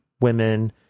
women